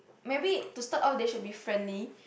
maybe to start off they should be friendly